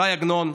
ש"י עגנון,